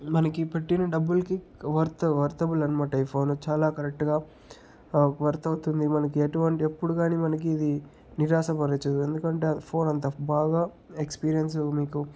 మనకి పెట్టిన డబ్బులకి వర్త్ వర్తబుల్ అనమాట ఈ ఫోన్ చాలా కరెక్ట్గా వర్త్ అవుతుంది మనకి ఎటువంట ఎప్పుడు కానీ మనకి ఇది నిరాశపరచదు ఎందుకంటే ఫోన్ అంత బాగా ఎక్స్పీరియన్స్ మీకు